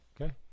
okay